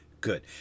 Good